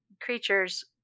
creatures